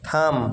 থাম